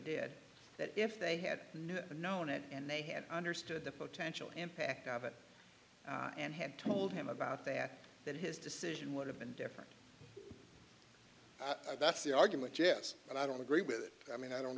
did that if they had known it and they had understood the potential impact of it and had told him about that that his decision would have been different that's the argument yes and i don't agree with it i mean i don't